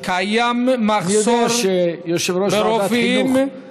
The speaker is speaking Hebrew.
אני יודע שיושב-ראש ועדת החינוך מציק לך,